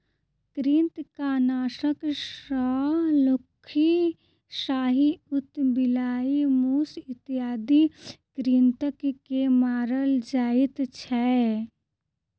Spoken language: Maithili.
कृंतकनाशक सॅ लुक्खी, साही, उदबिलाइ, मूस इत्यादि कृंतक के मारल जाइत छै